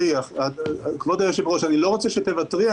כבוד היושבת-ראש, אני לא רוצה שתוותרי.